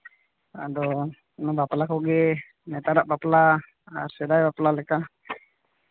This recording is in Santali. ᱟᱫᱚ ᱵᱟᱯᱞᱟ ᱠᱚᱜᱮ ᱱᱮᱛᱟᱨᱟᱜ ᱵᱟᱯᱞᱟ ᱥᱮᱫᱟᱭ ᱵᱟᱯᱞᱟ ᱞᱮᱠᱟ